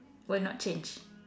will not change